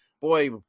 boy